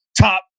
top